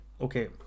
okay